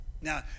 Now